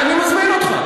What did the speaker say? אני מזמין אותך.